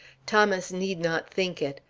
thomas need not think it.